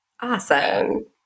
Awesome